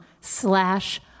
slash